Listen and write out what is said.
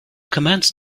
commenced